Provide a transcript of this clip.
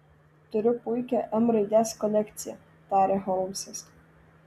turiu puikią m raidės kolekciją tarė holmsas